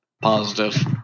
Positive